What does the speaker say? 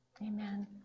Amen